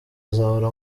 azahora